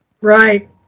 Right